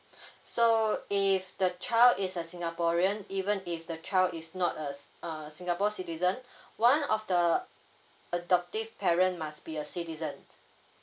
so if the child is a singaporean even if the child is not a uh singapore citizen one of the adoptive parent must be a citizen